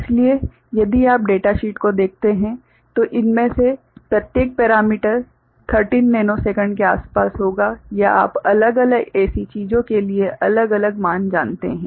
इसलिए यदि आप डेटा शीट को देखते हैं तो इनमें से प्रत्येक पैरामीटर 13 नैनोसेकंड के आसपास होगा या आप अलग अलग ऐसी चीजों के लिए अलग अलग मान जानते हैं